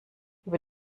über